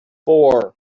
four